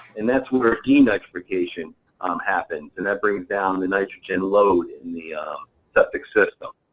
and that's where where denitrification um happens, and that brings down the nitrogen load in the septic system.